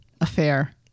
affair